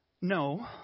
No